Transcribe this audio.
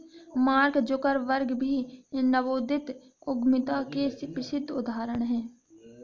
mark Zuckerberg भी नवोदित उद्यमियों के प्रसिद्ध उदाहरण हैं